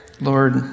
Lord